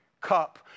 cup